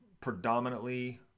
predominantly